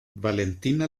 valentina